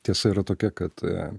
tiesa yra tokia kad